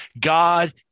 God